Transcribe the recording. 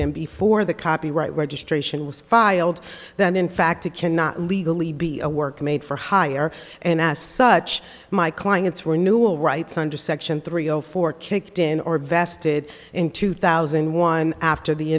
him before the copyright registration was filed that in fact a cannot legally be a work made for hire and as such my clients were new all rights under section three zero four kicked in or vested in two thousand one after the